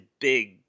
big